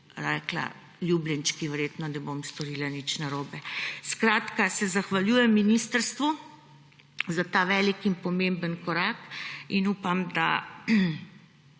rekla ljubljenčki, verjetno ne bom storila nič narobe. Zahvaljujem se ministrstvu za velik in pomemben korak in upam, da